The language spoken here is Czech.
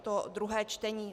Je to druhé čtení.